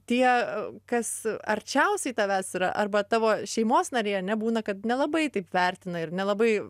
tie kas arčiausiai tavęs yra arba tavo šeimos nariai ane būna kad nelabai taip vertina ir nelabai